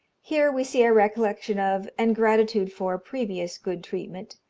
here we see a recollection of, and gratitude for, previous good treatment,